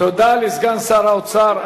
תודה לסגן שר האוצר.